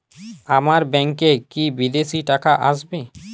আমার ব্যংকে কি বিদেশি টাকা আসবে?